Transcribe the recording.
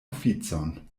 oficon